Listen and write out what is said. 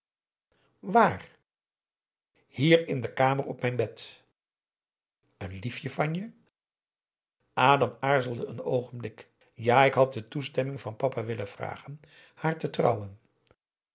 waar hier in de kamer op mijn bed een liefje van je adam aarzelde een oogenblik ja ik had de toestemming van papa willen vragen haar te trouwen